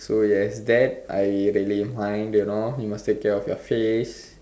so yes that I really mind you know you must take care of your face